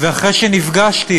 ואחרי שנפגשתי